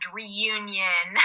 reunion